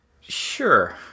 Sure